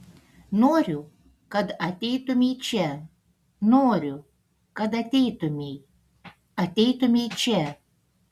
noriu kad ateitumei čia noriu kad ateitumei ateitumei čia